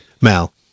Mal